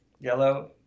Yellow